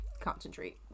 concentrate